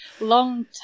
long